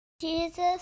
Jesus